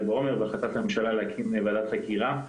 בעומר והחלטת הממשלה להקים ועדת חקירה ממלכתית,